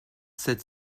sept